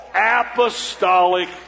Apostolic